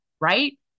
right